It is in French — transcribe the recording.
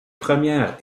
premières